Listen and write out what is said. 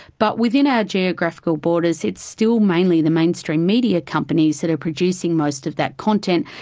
but within our geographical borders it's still mainly the mainstream media companies that are producing most of that content,